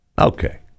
Okay